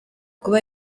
kuba